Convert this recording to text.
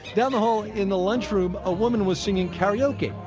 down the hall, in the lunch room, a woman was singing karaoke,